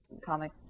comic